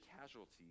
casualties